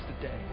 today